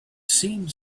seemed